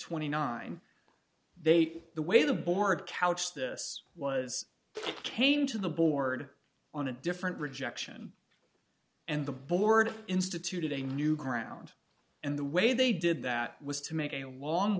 twenty nine dollars they say the way the board couch this was came to the board on a different rejection and the board instituted a new ground and the way they did that was to make a long